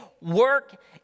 work